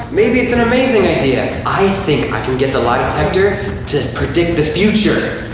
maybe it's an amazing idea. i think i can get the lie detector to predict the future.